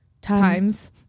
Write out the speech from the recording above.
times